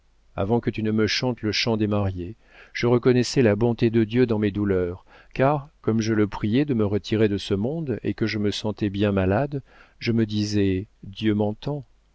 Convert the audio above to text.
avant que tu me chantes le chant des mariées je reconnaissais la bonté de dieu dans mes douleurs car comme je le priais de me retirer de ce monde et que je me sentais bien malade je me disais dieu m'entend